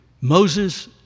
Moses